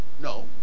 No